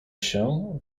się